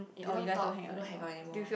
we don't talk we don't hang out anymore